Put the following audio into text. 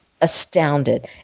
astounded